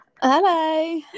Hello